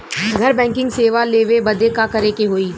घर बैकिंग सेवा लेवे बदे का करे के होई?